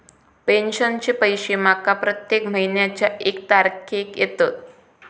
पेंशनचे पैशे माका प्रत्येक महिन्याच्या एक तारखेक येतत